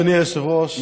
אדוני היושב-ראש,